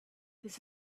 this